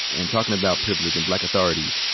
and talkin' about privilege and black authority,